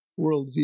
worldview